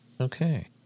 Okay